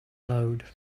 load